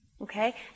Okay